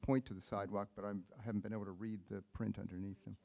point to the sidewalk but i'm i haven't been able to read the print underneath and